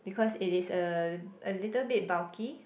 because it is a a little bit bulky